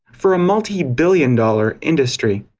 for a multi-billion dollar industry.